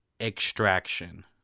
Extraction